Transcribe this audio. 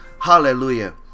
Hallelujah